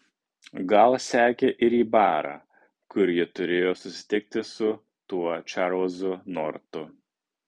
gal sekė ir į barą kur ji turėjo susitikti su tuo čarlzu nortu